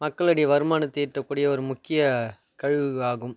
மக்களுடைய வருமானத்தை ஈட்டக்கூடிய ஒரு முக்கிய கழிவுகளாகும்